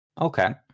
Okay